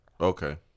Okay